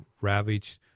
ravaged